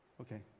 Okay